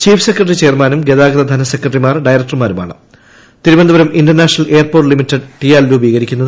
chief secretary ചെയർമാനും ഗതാഗത ധനസെക്രട്ടറിമാർ ഡയറക്ടറുമാരുമായാണ് Thiruvananthapuram international airport limited TIAL രൂപീകരിക്കുക